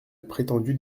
prétendu